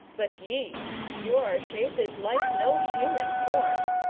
but ye your shape is like no human form,